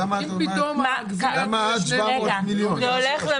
למה עד 700 מיליון שקלים?